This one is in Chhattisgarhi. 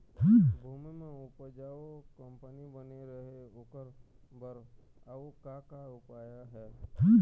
भूमि म उपजाऊ कंपनी बने रहे ओकर बर अउ का का उपाय हे?